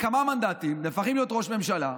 בכמה מנדטים נהפכים להיות ראש ממשלה,